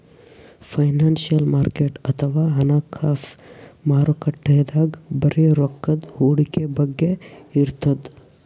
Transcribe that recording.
financial market ಅಥವಾ ಹಣಕಾಸ್ ಮಾರುಕಟ್ಟೆದಾಗ್ ಬರೀ ರೊಕ್ಕದ್ ಹೂಡಿಕೆ ಬಗ್ಗೆ ಇರ್ತದ್